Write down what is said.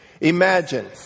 Imagine